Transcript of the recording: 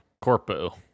corpo